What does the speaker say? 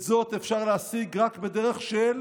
את זאת אפשר להשיג רק בדרך של